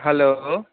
hello